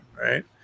right